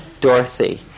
Dorothy